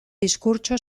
diskurtso